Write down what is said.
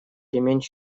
ремень